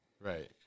Right